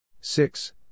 Six